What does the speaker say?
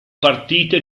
partite